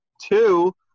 Two